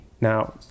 now